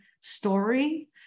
story